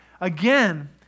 again